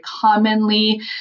commonly